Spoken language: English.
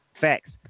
Facts